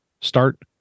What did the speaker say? start